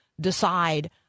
decide—